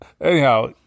anyhow